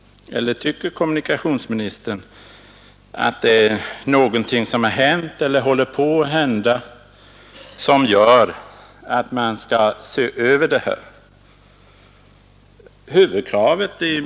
Eller tycker kommunikationsministern att någonting har hänt eller håller på att hända som motiverar att man skall se över bestämmelserna?